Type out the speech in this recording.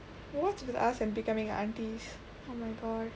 what's with us and becoming aunties oh my god